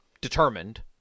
determined